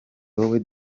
wowe